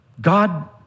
God